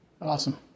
awesome